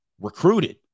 recruited